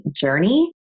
journey